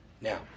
Now